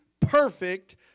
perfect